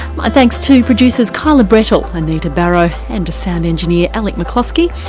my thanks to producers kyla brettle, anita barraud and sound engineer alec macclosky,